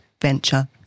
venture